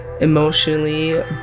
emotionally